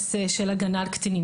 האינטרס של הגנה על קטינים.